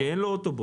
כי אין לו אוטובוס.